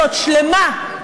זאת שלמה.